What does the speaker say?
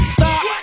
Stop